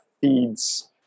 feeds